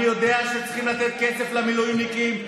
אני יודע שצריכים כסף למילואימניקים,